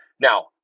Now